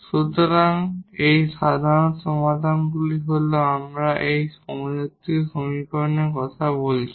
সুতরাং এই সাধারণ সমাধান হল আমি এই হোমোজিনিয়াস সমীকরণের কথা বলেছি